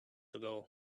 ago